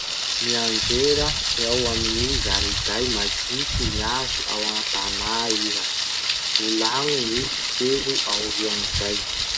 Nianjera eo amy gny zariday majiky miafy ao antanà iha. Volagno gny hiseho aorian'izay.